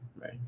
right